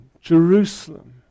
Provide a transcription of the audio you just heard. Jerusalem